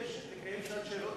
ביקש לקיים שעת שאלות,